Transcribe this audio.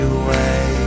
away